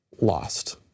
lost